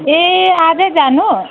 ए आजै जानु